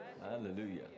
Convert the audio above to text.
Hallelujah